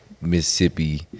Mississippi